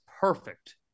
perfect